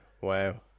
wow